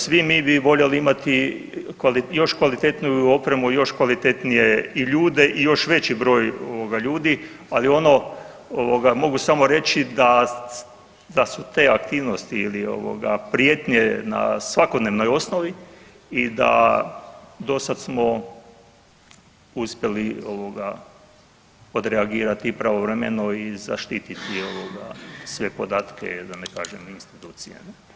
Svi mi bi voljeli imati još kvalitetniju opremu i još kvalitetnije ljude i još veći ovoga ljudi, ali ono mogu samo reći da su te aktivnosti ili ovoga prijetnje na svakodnevnoj osnovi i da dosada smo uspjeli ovoga odreagirati pravovremeno i zaštiti sve podatke i da ne kažem institucije.